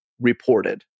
reported